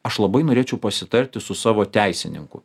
aš labai norėčiau pasitarti su savo teisininku